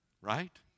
right